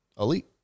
Elite